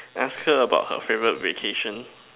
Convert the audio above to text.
ask her about her favourite vacation